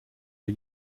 are